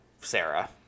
Sarah